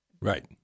Right